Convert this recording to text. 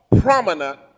prominent